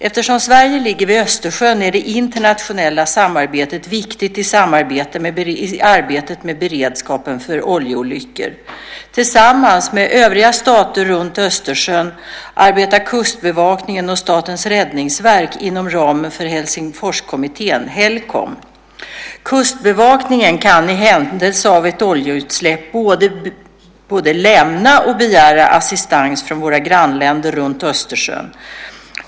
Eftersom Sverige ligger vid Östersjön är det internationella samarbetet viktigt i arbetet med beredskapen för oljeolyckor. Tillsammans med övriga stater runt Östersjön arbetar Kustbevakningen och Statens räddningsverk inom ramen för Helsingforskommissionen . Kustbevakningen kan i händelse av ett oljeutsläpp både lämna och begära assistans från våra grannländer runt Östersjön.